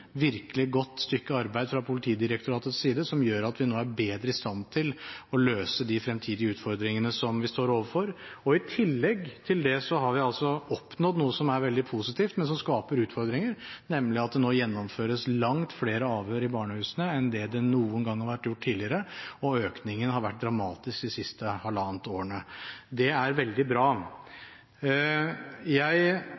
virkelig godt stykke arbeid fra Politidirektoratets side som gjør at vi nå er bedre i stand til å løse de fremtidige utfordringene vi står overfor. I tillegg til det har vi altså oppnådd noe som er veldig positivt, men som skaper utfordringer, nemlig at det nå gjennomføres langt flere avhør i barnehusene enn det noen gang har vært gjort tidligere, og økningen har vært dramatisk det siste halvannet året. Det er veldig bra.